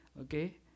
Okay